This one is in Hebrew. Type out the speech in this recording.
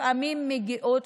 לפעמים מגיעים,